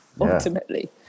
ultimately